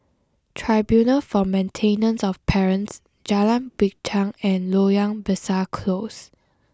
Tribunal for Maintenance of Parents Jalan Binchang and Loyang Besar Close